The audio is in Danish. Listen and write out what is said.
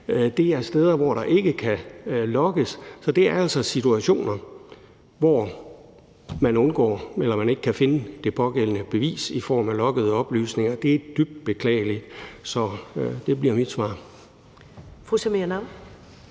Det er steder, hvor der ikke kan logges, så det er altså situationer, hvor man ikke kan finde det pågældende bevis i form af loggede oplysninger, og det er dybt beklageligt. Så det bliver mit svar. Kl.